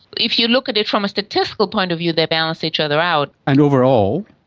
if you look at it from a statistical point of view they balance each other out. and overall?